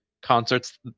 concerts